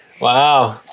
Wow